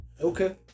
okay